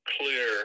clear